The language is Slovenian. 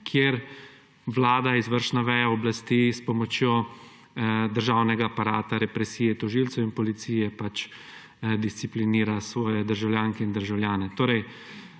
kjer vlada, izvršna veja oblasti, s pomočjo državnega aparata, represije tožilcev in policije disciplinira svoje državljanke in državljane.